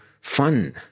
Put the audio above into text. fun